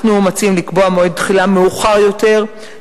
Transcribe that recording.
אנחנו מציעים לקבוע מועד תחילה מאוחר יותר,